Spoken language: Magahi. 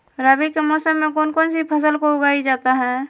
रवि के मौसम में कौन कौन सी फसल को उगाई जाता है?